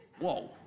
Whoa